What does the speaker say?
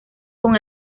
con